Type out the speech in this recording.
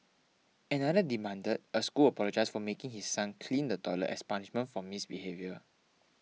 another demanded a school apologise for making his son clean the toilet as punishment for misbehaviour